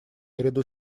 наряду